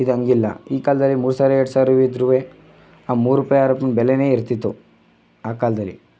ಈಗ ಹಾಗಿಲ್ಲ ಈ ಕಾಲದಲ್ಲಿ ಮೂರ್ಸಾವ್ರ ಎರಡ್ಸಾವ್ರ ಇದ್ದರೂ ಆ ಮೂರು ರೂಪಾಯಿ ಆರು ರೂಪಾಯಿ ಬೆಲೆಯೇ ಇರ್ತಿತ್ತು ಆ ಕಾಲದಲ್ಲಿ